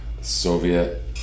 Soviet